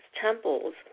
temples